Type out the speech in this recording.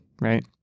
right